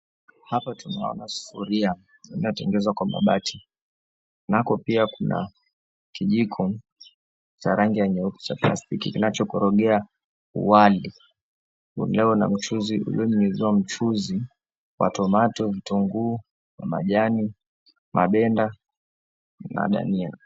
Hapa tunaona sufuria inayotengenezwa kwa mabati. Nako pia kuna kijiko cha rangi ya nyeupe cha plastiki kinachokorogea wali uliyonyunyuziwa mchuzi wa tomato , vitunguu ya majani, mabenda na dania.